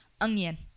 onion